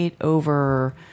over